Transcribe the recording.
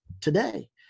Today